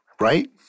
right